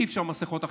אי-אפשר מסכות אחרות,